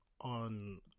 on